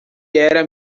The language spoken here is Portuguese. era